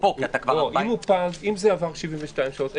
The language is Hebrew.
תוקפו --- אם הוא פג ועברו 72 שעות,